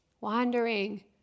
wandering